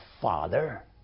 Father